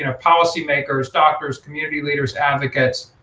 and policymakers, doctors community leaders, advocates,